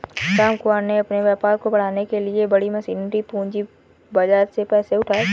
रामकुमार ने अपने व्यापार को बढ़ाने के लिए बड़ी मशीनरी पूंजी बाजार से पैसे उठाए